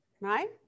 right